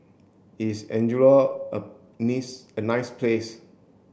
is Angola a niece a nice place